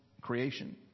creation